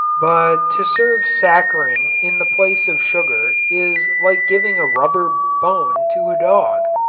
but to serve saccharin in the place of sugar is like giving a rubber bone to a dog.